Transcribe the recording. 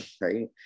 Right